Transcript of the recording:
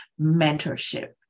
mentorship